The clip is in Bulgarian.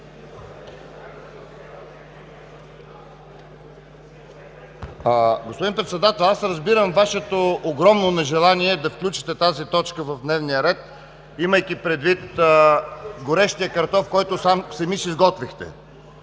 горещия картоф, който сами си сготвихте.